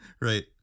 Right